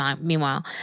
meanwhile